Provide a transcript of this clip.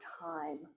time